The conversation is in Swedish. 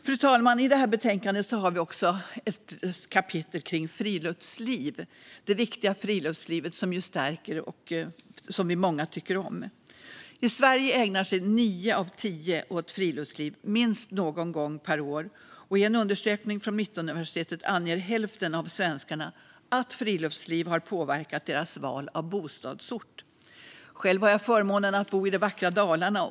Fru talman! I det här betänkandet finns också ett kapitel om det viktiga friluftslivet, som stärker och som vi är många som tycker om. I Sverige ägnar sig nio av tio åt friluftsliv minst någon gång per år, och i en undersökning från Mittuniversitetet anger hälften av svenskarna att friluftsliv har påverkat deras val av bostadsort. Själv har jag förmånen att bo i det vackra Dalarna.